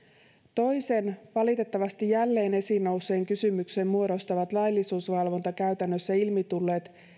toisen valitettavasti jälleen esiin nousseen kysymyksen muodostavat laillisuusvalvontakäytännöissä ilmi tulleet